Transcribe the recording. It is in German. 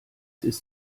ist